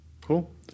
Cool